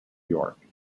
york